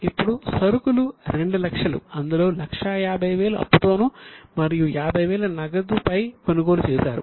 ఇప్పుడు సరుకులు 200000 అందులో 150000 అప్పు తోనూ మరియు 50000 నగదుపై కొనుగోలు చేశారు